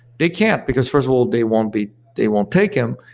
they can't, because first of all, they won't be they won't take them,